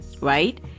right